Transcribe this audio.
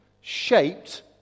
shaped